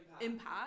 impact